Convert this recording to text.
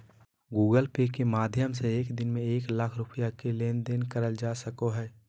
Google Pay के माध्यम से एक दिन में एक लाख रुपया के लेन देन करल जा सको हय